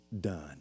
done